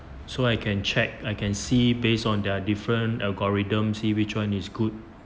so I can check I can see based on their different algorithms see which one is good